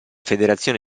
federazione